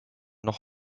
noch